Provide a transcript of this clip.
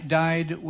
died